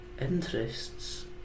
interests